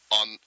on